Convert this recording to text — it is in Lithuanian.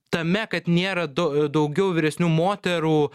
tame kad nėra dau daugiau vyresnių moterų